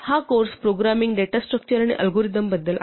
हा course programming data structures आणि algorithm बद्दल आहे